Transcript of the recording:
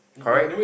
correct